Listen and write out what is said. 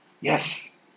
Yes